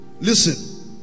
Listen